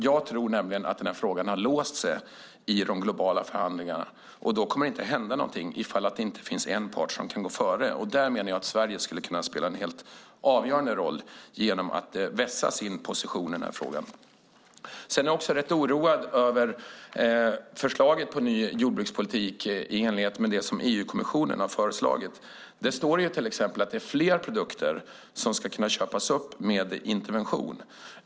Jag tror att frågan har låst sig i de globala förhandlingarna och att det inte kommer att hända något om inte en part går före. Här menar jag att Sverige skulle kunna spela en helt avgörande roll genom att vässa sin position i denna fråga. Jag är också oroad över EU-kommissionens förslag till ny jordbrukspolitik. Där står till exempel att fler produkter ska kunna köpas upp med intervention.